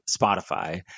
Spotify